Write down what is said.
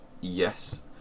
Yes